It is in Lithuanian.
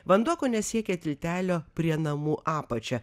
vanduo kone siekė tiltelio prie namų apačią